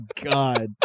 God